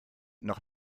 noch